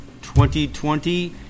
2020